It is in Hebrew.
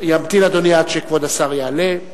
ימתין אדוני עד שכבוד השר יעלה.